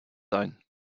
sein